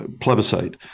plebiscite